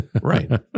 Right